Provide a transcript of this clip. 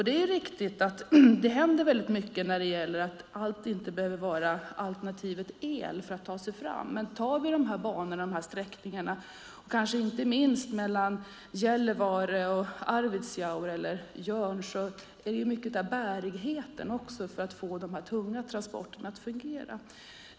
Det är riktigt att det händer väldigt mycket när det gäller att allt inte behöver vara alternativet el för att ta sig fram. Men vi kan ta de här banorna och de här sträckningarna, kanske inte minst mellan Gällivare och Arvidsjaur eller Jörn. Det handlar ju mycket om bärigheten också för att få de här tunga transporterna att fungera.